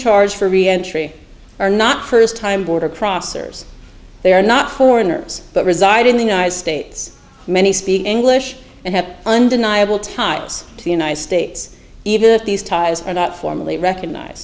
charged for re entry are not first time border crossers they are not foreigners but reside in the united states many speak english and have undeniable ties to the united states even if these ties are not formally recognize